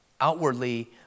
Outwardly